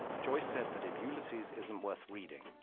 joyce said that if ulysses isn't worth reading,